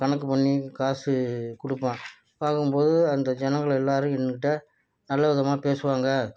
கணக்கு பண்ணி காசு கொடுப்பேன் வாங்கும் போது அந்த ஜெனங்கள் எல்லாரும் என்கிட்ட நல்ல விதமாக பேசுவாங்கள்